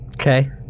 Okay